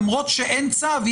למרות שאין צו,